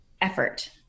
effort